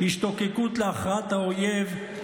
השתוקקות להכרעת האויב,